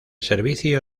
servicio